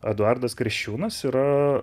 eduardas kriščiūnas yra